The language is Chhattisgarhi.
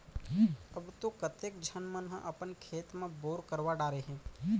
अब तो कतेक झन मन ह अपन खेत म बोर करवा डारे हें